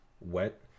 wet